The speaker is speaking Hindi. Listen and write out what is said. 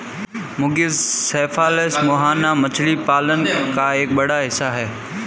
मुगिल सेफालस मुहाना मछली पालन का एक बड़ा हिस्सा है